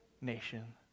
nation